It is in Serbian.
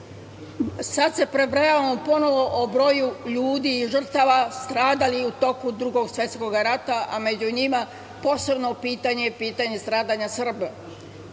se prebrojavamo ponovo o broju ljudi i žrtava stradalih u toku Drugog svetskog rata, a među njima posebno pitanje je pitanje stradanja